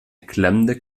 klemmende